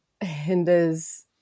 hinders